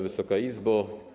Wysoka Izbo!